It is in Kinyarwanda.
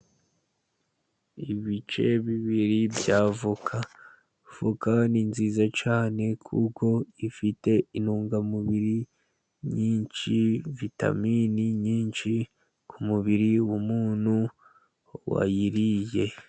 Ibice bibiri by'avoka, avoka ni nziza cyane, kuko ifite intungamubiri nyinshi, vitamini nyinshi ku mubiri w'umuntu wayiriye.